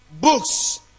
books